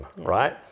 right